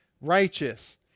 righteous